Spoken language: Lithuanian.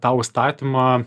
tą užstatymą